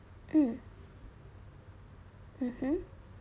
mm mmhmm